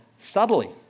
subtly